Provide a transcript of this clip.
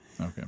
Okay